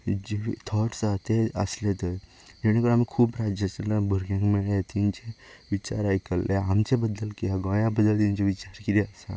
जीवि thoughts जे आसा ते आसले थंय जेणेकरून आमी खूब राज्यांतल्या भुरग्यांक मेळ्ळे विचार आयकल्ले आमचे बद्दल कित्याक गोंया बद्दल तांचे विचार कितें आसा